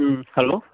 ம் ஹலோ